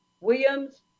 Williams